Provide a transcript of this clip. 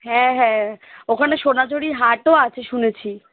হ্যাঁ হ্যাঁ ওখানে সোনাঝুরি হাটও আছে শুনেছি